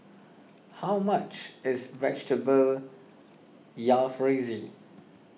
how much is Vegetable Jalfrezi